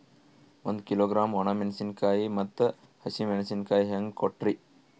ಒಂದ ಕಿಲೋಗ್ರಾಂ, ಒಣ ಮೇಣಶೀಕಾಯಿ ಮತ್ತ ಹಸಿ ಮೇಣಶೀಕಾಯಿ ಹೆಂಗ ಕೊಟ್ರಿ?